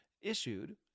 issued